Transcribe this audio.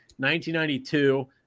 1992